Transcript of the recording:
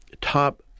top